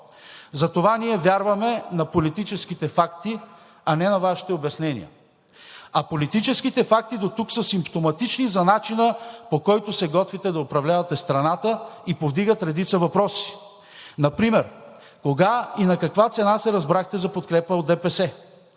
Затова ние вярваме на политическите факти, а не на Вашите обяснения. А политическите факти дотук са симптоматични за начина, по който се готвите да управлявате страната, и повдигат редица въпроси – например: кога и на каква цена се разбрахте за подкрепа от ДПС;